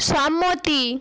সম্মতি